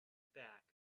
back